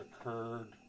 occurred